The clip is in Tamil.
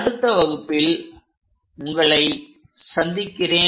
அடுத்த வகுப்பில் உங்களை சந்திக்கிறேன்